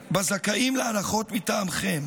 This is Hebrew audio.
בזכאים להנחות מטעמכם.